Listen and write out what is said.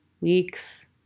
weeks